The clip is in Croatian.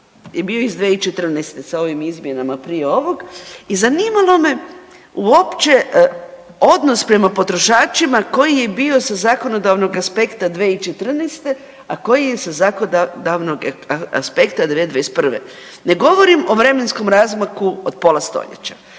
je iz 2014. sa ovim izmjenama prije ovog i zanimalo me uopće odnos prema potrošačima koji je bio sa zakonodavnog aspekta 2014. a koji je sa zakonodavnog aspekta 2021. Ne govorim o vremenskom razmaku od pola stoljeća,